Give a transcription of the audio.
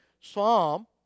Psalm